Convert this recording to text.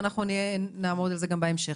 ואנחנו נעמוד על זה גם בהמשך.